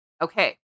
Okay